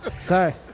Sorry